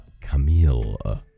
Camille